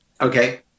okay